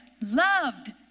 loved